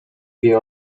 wie